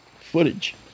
footage